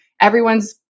everyone's